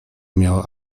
miała